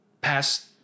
past